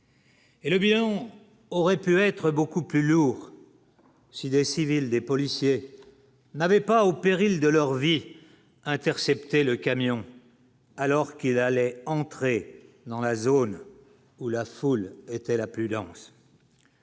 On aurait pu être beaucoup plus lourd. Si des civils, des policiers n'avait pas au péril de leur vie, intercepté le camion. Alors qu'il allait entrer dans la zone où la foule était la plus dense.